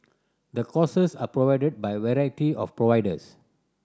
the courses are provided by variety of providers